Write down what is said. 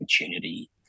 opportunity